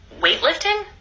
weightlifting